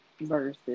versus